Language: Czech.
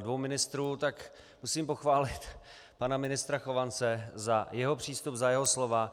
dvou ministrů tak musím pochválit pana ministra Chovance za jeho přístup, za jeho slova.